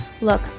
Look